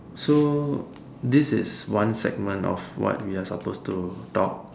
so this is one segment of what we are supposed to talk